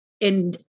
And-